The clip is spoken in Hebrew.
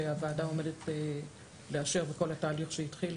שהוועדה עומדת לאשר וכל התהליך שהתחיל,